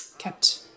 Kept